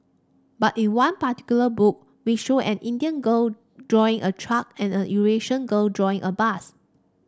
but in one particular book we show an Indian girl drawing a truck and a Eurasian girl drawing a bus